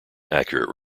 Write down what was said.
accurate